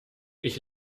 ich